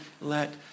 let